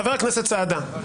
חבר הכנסת סעדה,